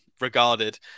regarded